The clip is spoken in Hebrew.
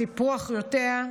סיפרו אחיותיה,